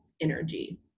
energy